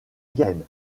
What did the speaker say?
garenne